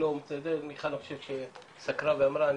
אני חושב שמיכל שסקרה ואמרה.